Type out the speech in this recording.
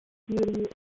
beauty